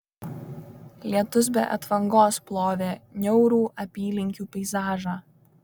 lietus be atvangos plovė niaurų apylinkių peizažą